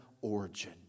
origin